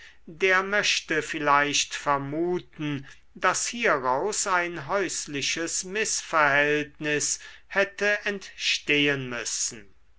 der möchte vielleicht vermuten daß hieraus ein häusliches mißverhältnis hätte entstehn müssen